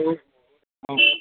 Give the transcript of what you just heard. অঁ অঁ